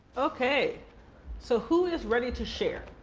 okay so who is ready to share?